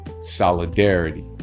Solidarity